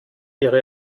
ihre